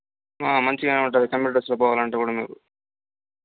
ఆ మంచిగానే ఉంటుంది కంప్యూటర్స్లో పోవాలంటే కూడా మీకు